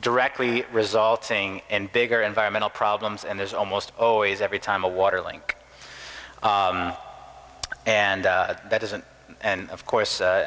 directly resulting in bigger environmental problems and there's almost always every time a water link and that isn't and of course